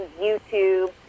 YouTube